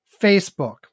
facebook